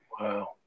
Wow